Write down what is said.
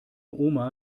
oma